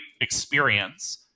experience